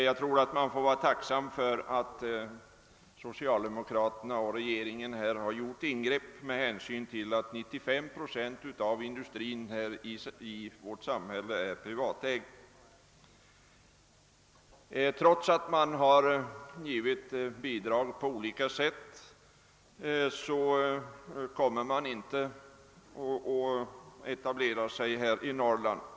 Jag tror att man får vara tacksam för att socialdemokraterna och regeringen har gjort ingrepp med hänsyn till att 95 procent av industrin i vårt samhälle är privatägd. Trots att man har givit bidrag på olika sätt har man inte lyckats få den privata industrin att etablera sig i Norrland.